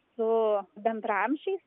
su bendraamžiais